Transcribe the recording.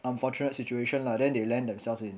unfortunate situation lah then they land themselves in